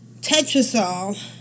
Tetrasol